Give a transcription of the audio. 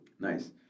Nice